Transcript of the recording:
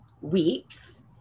weeks